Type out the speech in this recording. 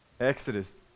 Exodus